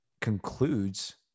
concludes